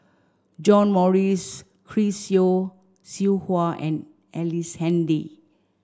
John Morrice Chris Yeo Siew Hua and Ellice Handy